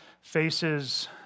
faces